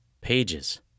Pages